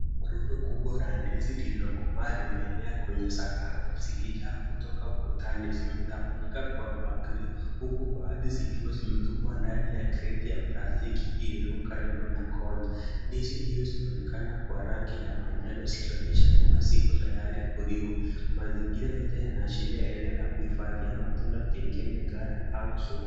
Rundo kubwa la ndizi lililokomaa limeenea kwenye sakafu zikijaa kutoka ukutani. Zimetawanyika kwa mpangilio huku baadhi zikiwa zimetupwa ndani ya kreti ya plastiki iliyo karibu na kona. Ndizi hizo zinaonekana kwa rangi ya manjano zikionyesha kuwa ziko tayari kuliwa. Mazingira yote yanaashiria eneo la kuhifadhia matunda pengine ghala au soko.